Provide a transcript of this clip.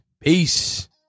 Peace